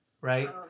right